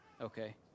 Okay